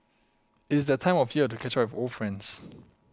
it is that time of year to catch up with old friends